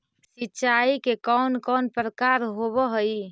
सिंचाई के कौन कौन प्रकार होव हइ?